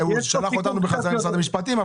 הוא שלח אותנו בחזרה למשרד המשפטים.